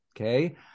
okay